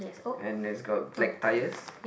and it's got black tires